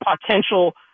potential